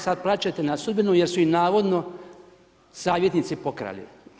Sad plačete nad sudbinom jer su ih navodno savjetnici pokrali.